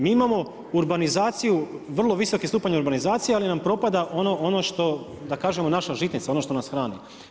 Mi imamo urbanizaciju, vrlo visoki stupanj urbanizacije, ali nam propada ono što da kažemo naša žitnica, ono što nas hrani.